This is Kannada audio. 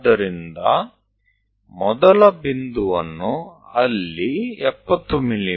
ಆದ್ದರಿಂದ ಮೊದಲ ಬಿಂದುವನ್ನು ಅಲ್ಲಿ 70 ಮಿ